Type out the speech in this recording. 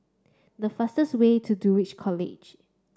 the fastest way to Dulwich College